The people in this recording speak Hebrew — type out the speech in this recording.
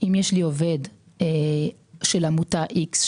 אם נעביר את החוק,